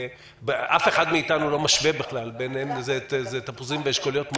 אף אחד מאיתנו לא משווה בכלל זה כמו להשוות בין תפוזים לאשכוליות,